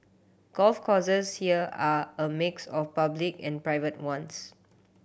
golf courses here are a mix of public and private ones